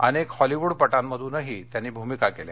अनेक हॉलीवूडपटांमधूनही त्यांनी भूमिका केल्या